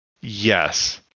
Yes